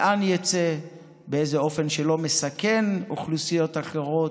לאן יצא, באיזה אופן, שלא לסכן אוכלוסיות אחרות,